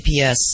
GPS